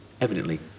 evidently